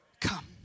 come